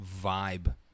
vibe